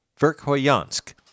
Verkhoyansk